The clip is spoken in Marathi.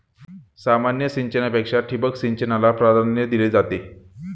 सामान्य सिंचनापेक्षा ठिबक सिंचनाला प्राधान्य दिले जाते